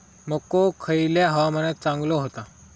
मको खयल्या हवामानात चांगलो होता?